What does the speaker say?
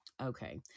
Okay